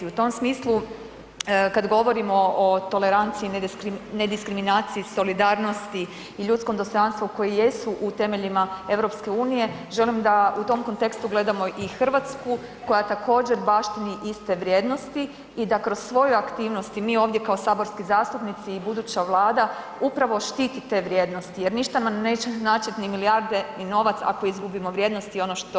U tom smislu, kad govorimo o toleranciji, nediskriminaciji, solidarnosti i ljudskom dostojanstvu koji jesu u temeljima EU, želim da u tom kontekstu gledamo i Hrvatsku koja također baštini iste vrijednosti i da kroz svoje aktivnosti mi ovdje, kao saborski zastupnici i buduća Vlada upravo štiti te vrijednosti jer ništa nam neće značiti ni milijarde ni novac ako izgubimo vrijednosti i ono što mi jesmo.